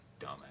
dumbass